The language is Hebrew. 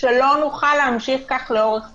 שלא נוכל להמשיך כך לאורך זמן.